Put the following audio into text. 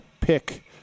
pick